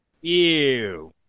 Ew